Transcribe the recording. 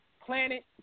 planet